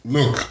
Look